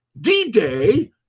D-Day